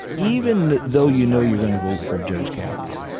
even though you know you're gonna vote for judge kavanaugh,